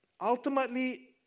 ultimately